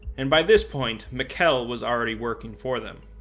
and by this point mikell was already working for them.